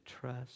trust